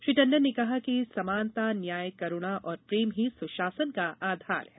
श्री टंडन ने कहा कि समानता न्याय करूणा और प्रेम ही सुशासन का आधार है